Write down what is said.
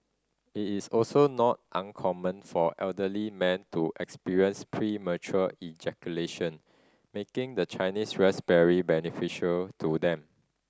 it is also not uncommon for elderly men to experience premature ejaculation making the Chinese raspberry beneficial to them